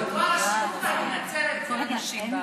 אני אנצל את זה.